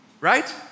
Right